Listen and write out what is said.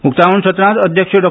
उकतावण सत्रांत अध्यक्ष डॉ